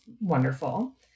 wonderful